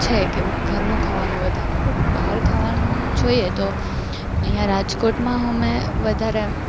છે કે ઘરનું ખાવાનું વધારે બટ બહાર ખાવાનું જોઈએ તો અહીંયાં રાજકોટમાં અમે વધારે